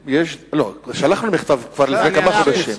לא, שלחנו מכתב כבר לפני כמה חודשים.